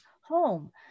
home